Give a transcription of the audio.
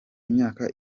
imyaka